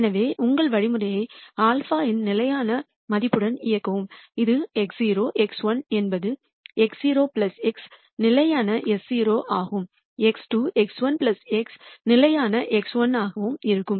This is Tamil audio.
எனவே உங்கள் வழிமுறையை α இன் நிலையான மதிப்புடன் இயக்கவும் இது x0 x1 என்பது x0 αfixed s0 x2 ஆகவும் x2 x1 αfixed x1 ஆகவும் இருக்கும்